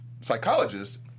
psychologist